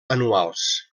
anuals